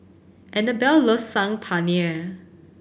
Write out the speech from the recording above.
Anabelle loves Saag Paneer